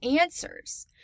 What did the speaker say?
answers